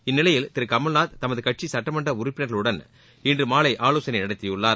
இந்நிலையில் திரு கமல்நாத் தமது கட்சி சுட்டமன்ற உறுப்பினர்களுடன் இன்று மாலை ஆலோசனை நடத்தியுள்ளார்